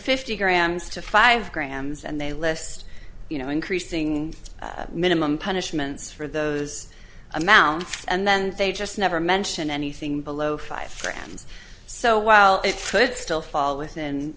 fifty grams to five grams and they list you know increasing minimum punishments for those amounts and then they just never mention anything below five grams so while it could still fall within